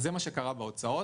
זה מה שקרה בהוצאות.